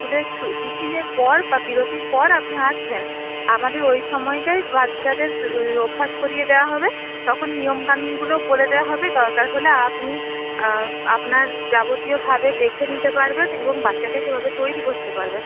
স্কুলের টিফিনের পর বা বিরতির পর আপনি আসবেন আমাদের ওই সময়টায় বাচ্চাদের অভ্যাস করিয়ে দেওয়া হবে তখন নিয়মকানুনগুলোও বলে দেওয়া হবে দরকার হলে আপনি আপনার যাবতীয় ভাবে দেখে নিতে পারবেন এবং বাচ্চাকে সে ভাবে তৈরি করতে পারবেন